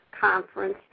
conference